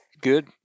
Good